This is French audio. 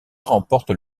remporte